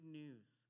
news